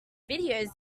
videos